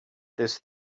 this